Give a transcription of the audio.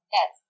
Yes